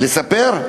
לספר?